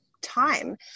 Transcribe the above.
time